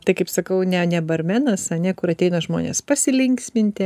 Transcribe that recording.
tai kaip sakau ne ne barmenas ane ateina žmonės pasilinksminti